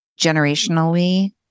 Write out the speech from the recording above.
generationally